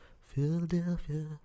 Philadelphia